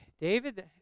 David